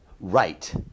Right